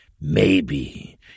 Maybe